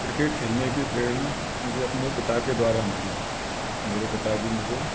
cricket खेलने की प्रेरणा मुझे अपने पिता के द्वारा मिली मेरे पिताजी मुझे